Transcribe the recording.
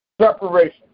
Separation